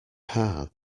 hard